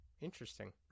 Interesting